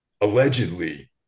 Allegedly